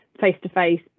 face-to-face